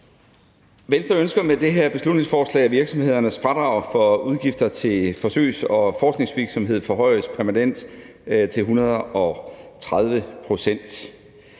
Venstre ønsker med det her beslutningsforslag, at virksomhedernes fradrag for udgifter til forsøgs- og forskningsvirksomhed forhøjes permanent til 130 pct.